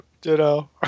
Ditto